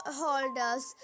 holders